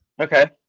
Okay